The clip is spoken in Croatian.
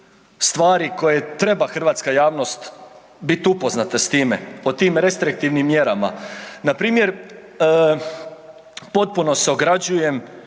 stvari koje treba hrvatska javnost biti upoznata s time, od tim restriktivnim mjerama. Npr., potpuno se ograđujem